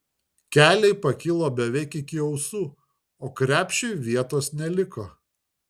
keliai pakilo beveik iki ausų o krepšiui vietos neliko